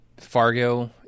Fargo